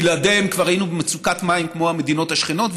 שבלעדיהם כבר היינו במצוקת מים כמו המדינות השכנות,